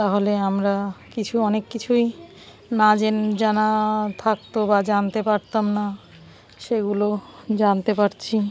তাহলে আমরা কিছু অনেক কিছুই না জেন জানা থাকতো বা জানতে পারতাম না সেগুলো জানতে পারছি